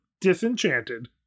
Disenchanted